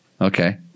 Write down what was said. Okay